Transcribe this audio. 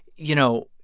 you know,